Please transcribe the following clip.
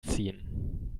ziehen